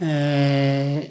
ଏଁ